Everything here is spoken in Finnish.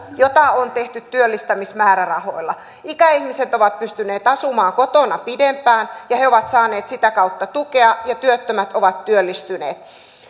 jota on tehty työllistämismäärärahoilla ikäihmiset ovat pystyneet asumaan kotona pidempään ja he ovat saaneet sitä kautta tukea ja työttömät ovat työllistyneet